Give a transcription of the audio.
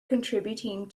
contributing